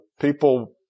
People